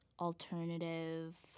alternative